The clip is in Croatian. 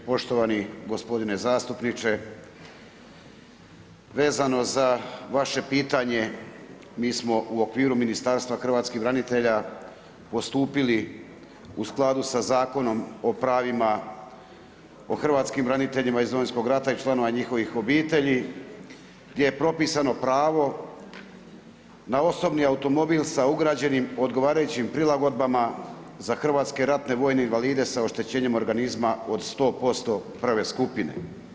Poštovani gospodine zastupniče, vezano za vaše pitanje, mi smo okviru Ministarstva hrvatskih branitelja postupili u skladu sa zakonom o pravima o hrvatskim braniteljima iz Domovinskog rata i članovima njihove obitelji, gdje je propisano pravo da osobni automobil sa ugrađenim odgovarajućim prilagodbama za hrvatske ratne vojne invalide sa oštećenim organizma od 100% prve skupine.